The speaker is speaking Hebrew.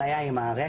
הבעיה היא המערכת,